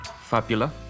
Fabula